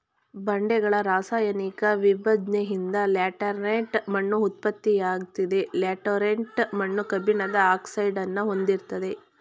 ಬಂಡೆಗಳ ರಾಸಾಯನಿಕ ವಿಭಜ್ನೆಯಿಂದ ಲ್ಯಾಟರೈಟ್ ಮಣ್ಣು ಉತ್ಪತ್ತಿಯಾಗ್ತವೆ ಲ್ಯಾಟರೈಟ್ ಮಣ್ಣು ಕಬ್ಬಿಣದ ಆಕ್ಸೈಡ್ನ ಹೊಂದಿರ್ತದೆ